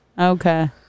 okay